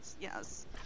yes